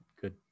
good